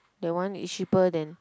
that one is cheaper than